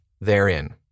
therein